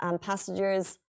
Passengers